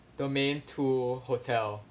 domain two hotel